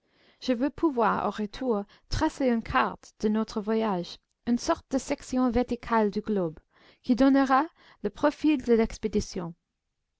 je veux pouvoir au retour tracer une carte de notre voyage une sorte de section verticale du globe qui donnera le profil de l'expédition